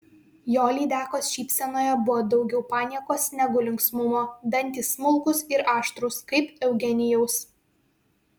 jo lydekos šypsenoje buvo daugiau paniekos negu linksmumo dantys smulkūs ir aštrūs kaip eugenijaus